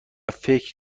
فکر